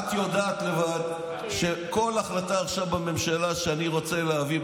את יודעת לבד שכל החלטה עכשיו בממשלה שאני רוצה להביא,